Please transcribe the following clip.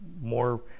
more